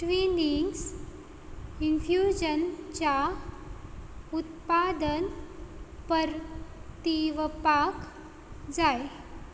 स्टविनिंग्स इन्फ्यूजनच्या उत्पादन परतीवपाक जाय